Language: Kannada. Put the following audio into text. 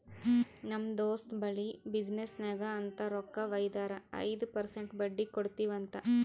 ನಮ್ ದೋಸ್ತ್ ಬಲ್ಲಿ ಬಿಸಿನ್ನೆಸ್ಗ ಅಂತ್ ರೊಕ್ಕಾ ವೈದಾರ ಐಯ್ದ ಪರ್ಸೆಂಟ್ ಬಡ್ಡಿ ಕೊಡ್ತಿವಿ ಅಂತ್